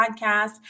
podcast